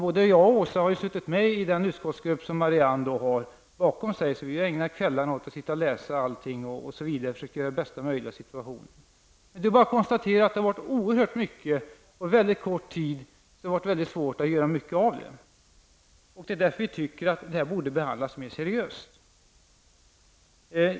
Både Åsa Domeij och jag har suttit med i den utskottsgrupp som Marianne Samuelsson har bakom sig. Vi har ägnat kvällarna åt att läsa i genom allting och försökt göra det bästa möjliga av situationen. Det är bara att konstatera att det har varit oerhört mycket och kort tid och alltså svårt att göra mycket att göra av det hela. Det är därför vi tycker att denna fråga borde behandlas mer seriöst.